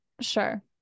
Sure